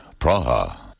Praha